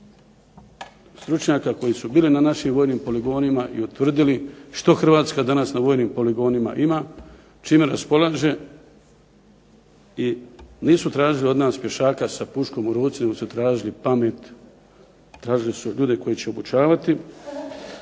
stručnjaka koji su bili na našim vojnim poligonima i utvrdili što Hrvatska danas na vojnim poligonima ima, čime raspolaže i nisu tražili od nas pješaka sa puškom u ruci nego su tražili pamet, tražili su ljude koji će obučavati.